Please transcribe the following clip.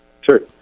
Sure